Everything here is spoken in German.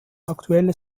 aktuelle